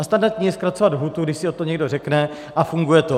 A standardní je zkracovat lhůtu, když si o to někdo řekne, a funguje to.